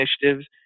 initiatives